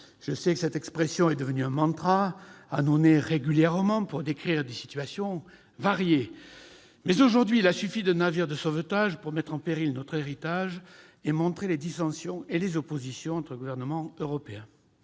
Je sais que cette expression est devenue un mantra, ânonné régulièrement pour décrire des situations variées. Aujourd'hui, néanmoins, il a suffi d'un navire de sauvetage pour mettre en péril notre héritage et mettre au jour les dissensions et les oppositions entre gouvernements européens.